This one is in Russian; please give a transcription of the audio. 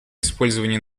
использования